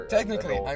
Technically